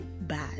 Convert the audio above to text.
bad